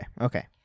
Okay